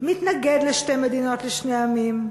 מתנגד לשתי מדינות לשני עמים,